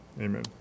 Amen